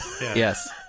Yes